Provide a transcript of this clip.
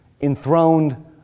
enthroned